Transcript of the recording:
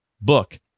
book